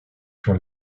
sur